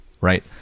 Right